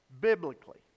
biblically